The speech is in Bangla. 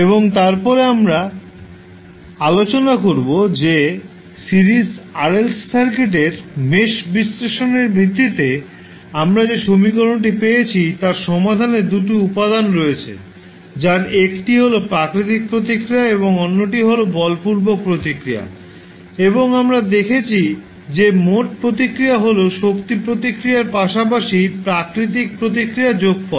এবং তারপরে আমরা আলোচনা করব যে সিরিজ RLC সার্কিটের মেশ বিশ্লেষণের ভিত্তিতে আমরা যে সমীকরণটি পেয়েছি তার সমাধানের 2 টি উপাদান রয়েছে যার 1টি হল প্রাকৃতিক প্রতিক্রিয়া এবং অন্যটি বলপূর্বক প্রতিক্রিয়া এবং আমরা দেখেছি যে মোট প্রতিক্রিয়া হল শক্তি প্রতিক্রিয়ার পাশাপাশি প্রাকৃতিক প্রতিক্রিয়ার যোগফল